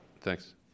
Thanks